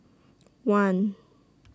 one